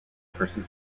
person